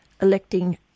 electing